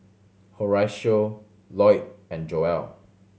Horacio Loyd and Joelle